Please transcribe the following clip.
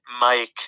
Mike